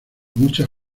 mucha